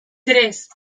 tres